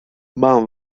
mam